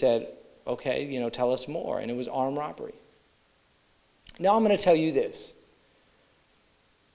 said ok you know tell us more and it was on robbery now i'm going to tell you this